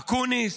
אקוניס,